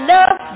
Love